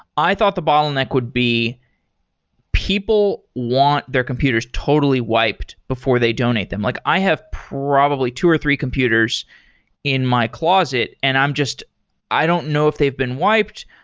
i thought the bottleneck would be people want their computers totally wiped before they donate them. like i have probably two or three computers in my closet and i'm just i don't know if they've been wiped.